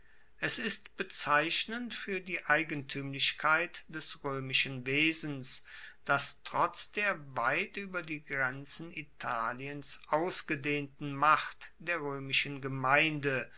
es ist bezeichnend fuer die eigentuemlichkeit des roemischen wesens dass trotz der weit ueber die grenzen italiens ausgedehnten macht der roemischen gemeinde